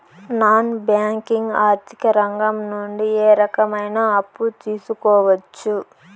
Non banking ఆర్థిక రంగం నుండి ఏ రకమైన అప్పు తీసుకోవచ్చు?